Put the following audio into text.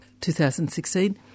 2016